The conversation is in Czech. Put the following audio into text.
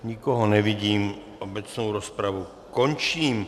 Nikoho nevidím, obecnou rozpravu končím.